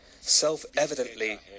self-evidently